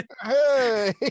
Hey